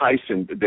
Tyson